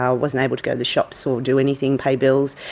ah wasn't able to go to the shops or do anything, pay bills.